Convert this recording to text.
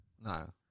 No